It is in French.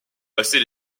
passer